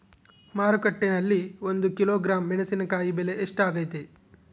ಮಾರುಕಟ್ಟೆನಲ್ಲಿ ಒಂದು ಕಿಲೋಗ್ರಾಂ ಮೆಣಸಿನಕಾಯಿ ಬೆಲೆ ಎಷ್ಟಾಗೈತೆ?